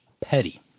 petty